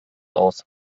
aus